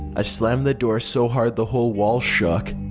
i slammed the door so hard the whole wall shook.